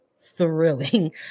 thrilling